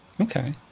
Okay